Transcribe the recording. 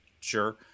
sure